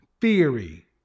theory